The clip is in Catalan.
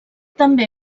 també